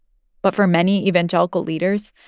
but for many evangelical leaders,